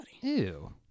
Ew